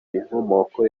inkomoko